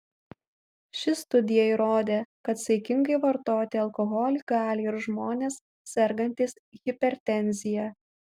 ši studija įrodė kad saikingai vartoti alkoholį gali ir žmonės sergantys hipertenzija